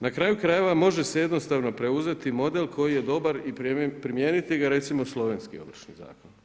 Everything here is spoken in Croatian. Na kraju krajeva može se jednostavno preuzeti model koji je dobar i primijeniti ga, recimo slovenski Ovršni zakon.